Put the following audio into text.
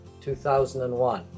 2001